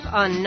on